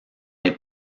les